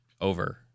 Over